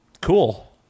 cool